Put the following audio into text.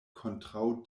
kontraŭ